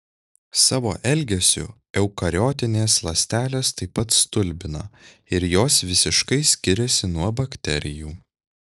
savo elgesiu eukariotinės ląstelės taip pat stulbina ir jos visiškai skiriasi nuo bakterijų